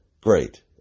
great